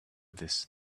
this